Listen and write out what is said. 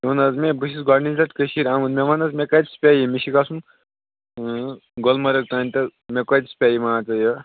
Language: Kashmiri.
ژٕ وَن حظ مےٚ بہٕ چھُس گۄڈٕنِچ لَٹہِ کٔشیٖرِ آمُت مےٚ وَن حظ مےٚ کۭتِس پیٚیہِ یہِ مےٚ چھُ گژھُن گُلمرگ تانۍ تہٕ مےٚ کۭتِس پیٚیہِ مان ژٕ یہِ